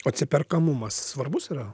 atsiperkamumas svarbus yra